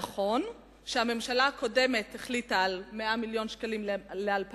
נכון שהממשלה הקודמת החליטה על 100 מיליון שקל ל-2009,